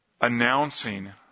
Announcing